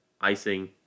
icing